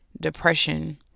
depression